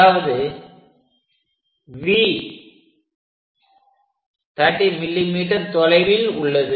அதாவது V 30 mm தொலைவில் உள்ளது